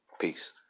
Peace